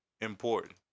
important